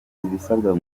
ibisabwa